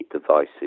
devices